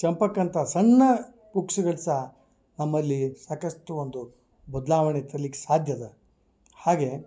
ಚಂಪಕಂತ ಸಣ್ಣ ಬುಕ್ಸ್ಗಳ ಸಹ ನಮ್ಮಲ್ಲಿ ಸಾಕಷ್ಟು ಒಂದು ಬದಲಾವಣೆ ತರ್ಲಿಕ್ಕೆ ಸಾಧ್ಯದೆ ಹಾಗೇ